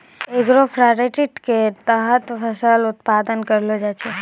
agroforestry के तहत फसल उत्पादन करलो जाय छै